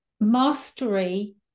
mastery